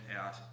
out